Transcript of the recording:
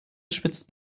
schwitzt